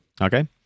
okay